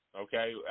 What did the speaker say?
okay